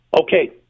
okay